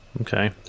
Okay